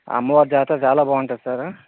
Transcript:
అమ్మవారి జాతర చాలా బాగుంటుంది సార్